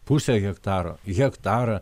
pusę hektaro hektarą